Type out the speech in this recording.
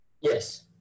Yes